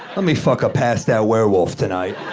let me a passed-out werewolf tonight.